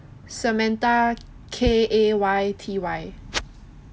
samantha K A Y T Y